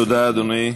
תודה, אדוני.